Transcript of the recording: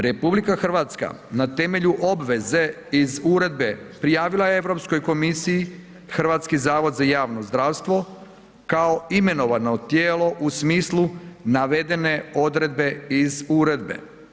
RH na temelju obveze iz Uredbe prijavila je Europskoj komisiji Hrvatski zavod za javno zdravstvo kao imenovano tijelo u smislu navedene odredbe iz uredbe.